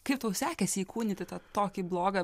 kaip tau sekėsi įkūnyti tą tokį blogą